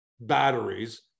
batteries